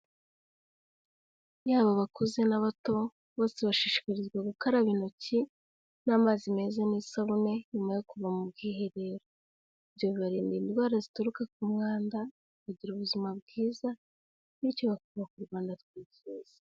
Yaba abakuze n'abato, bose bashishikarizwa gukaraba intoki n'amazi meza n'isabune nyuma yo kuva mu bwiherero, ibyo bibarinda indwara zituruka ku mwanda kugira ubuzima bwiza, bityo bakubaka u Rwanda twifuza.